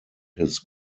his